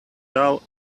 dull